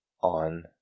on